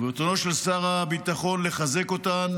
וברצונו של שר הביטחון לחזק אותן,